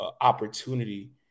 opportunity